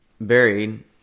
buried